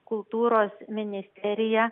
kultūros ministerija